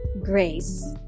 grace